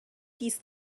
these